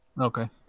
Okay